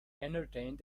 entertained